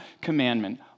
commandment